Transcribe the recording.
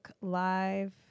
live